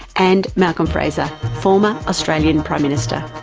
and malcolm fraser, former australian prime minister.